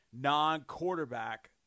non-quarterback